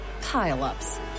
pile-ups